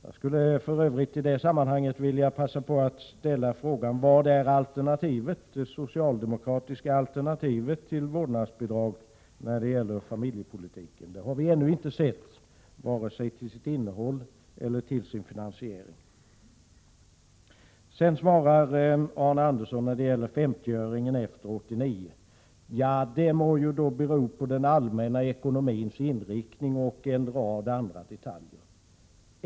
Jag skulle för övrigt i detta sammanhang vilja passa på att ställa frågan: Vad är det socialdemokratiska alternativet till vårdnadsbidraget när det gäller familjepolitiken? Det har vi ännu inte sett, varken till innehåll eller till finansiering. När det gäller 50-öringen efter 1989 säger Arne Andersson i Gamleby att den må bli beroende av den allmänna ekonomins inriktning och en rad andra detaljer.